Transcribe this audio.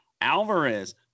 Alvarez